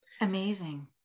Amazing